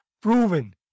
Proven